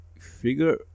figure